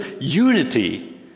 unity